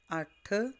ਅੱਠ